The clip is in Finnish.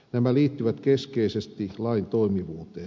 nämä liittyvät keskeisesti lain toimivuuteen